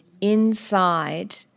inside